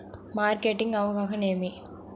Marketing అనగానేమి?